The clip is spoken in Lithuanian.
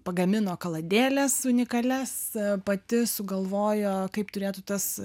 pagamino kalades unikalias pati sugalvojo kaip turėtų tas